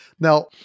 Now